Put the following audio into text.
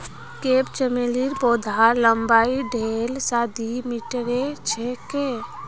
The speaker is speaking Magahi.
क्रेप चमेलीर पौधार लम्बाई डेढ़ स दी मीटरेर ह छेक